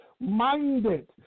Minded